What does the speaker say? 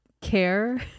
care